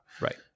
Right